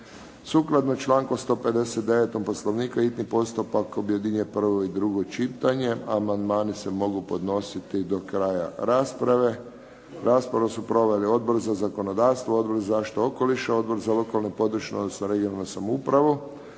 Sukladno članku 159. Poslovnika hitni postupak objedinjuje prvo i drugo čitanje. Amandmani se mogu podnositi do kraja rasprave. Raspravu su proveli Odbor za zakonodavstvo, Odbor za zaštitu okoliša, Odbor za lokalnu i područnu (regionalnu) samoupravu,